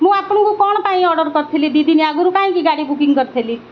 ମୁଁ ଆପଣଙ୍କୁ କ'ଣ ପାଇଁ ଅର୍ଡ଼ର କରିଥିଲି ଦୁଇ ଦିନ ଆଗରୁ କାହିଁକି ଗାଡ଼ି ବୁକିଂ କରିଥିଲି